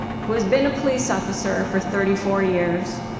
who has been a police officer for thirty four years,